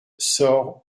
soorts